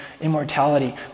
immortality